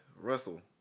Russell